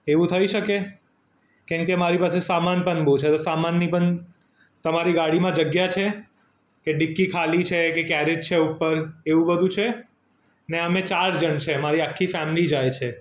એવું થઈ શકે કેમ કે મારી પાસે સામાન પણ બહુ છે ને સામાનની પન તમારી ગાડીમાં જગ્યા છે કે ડીક્કી ખાલી છે કે કેરેજ છે ઉપર એવું બધું છે ને અમે ચાર જણ છે ને અમારી આખી ફેેમિલી જાય છે